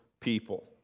people